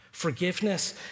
Forgiveness